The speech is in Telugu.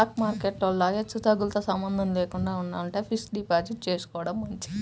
స్టాక్ మార్కెట్ లో లాగా హెచ్చుతగ్గులతో సంబంధం లేకుండా ఉండాలంటే ఫిక్స్డ్ డిపాజిట్ చేసుకోడం మంచిది